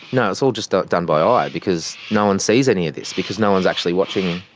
no it's all just ah done by ah eye because no one sees any of this because no one's actually watching,